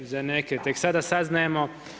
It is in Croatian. Za neke tek sada saznajemo.